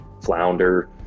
Flounder